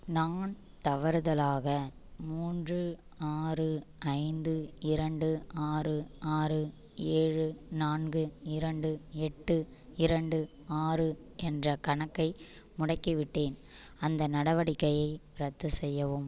நான் தவறுதலாக மூன்று ஆறு ஐந்து இரண்டு ஆறு ஆறு ஏழு நான்கு இரண்டு எட்டு இரண்டு ஆறு என்ற கணக்கை முடக்கிவிட்டேன் அந்த நடவடிக்கையை ரத்து செய்யவும்